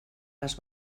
las